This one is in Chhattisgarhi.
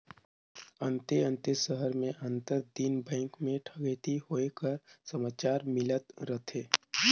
अन्ते अन्ते सहर में आंतर दिन बेंक में ठकइती होए कर समाचार मिलत रहथे